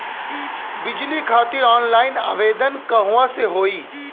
बिजली खातिर ऑनलाइन आवेदन कहवा से होयी?